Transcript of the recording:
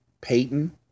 Payton